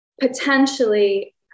potentially